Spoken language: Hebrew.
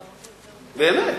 באמת.